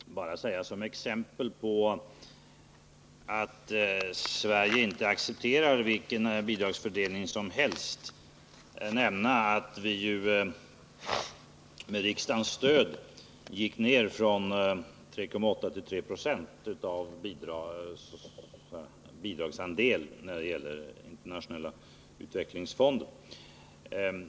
Herr talman! Får jag bara som exempel på att Sverige inte accepterar vilken bidragsfördelning som helst nämna att vi ju med riksdagens stöd gick ned från 3,8 2 till 3 20 som bidragsandel när det gäller den internationella utvecklingsfonden.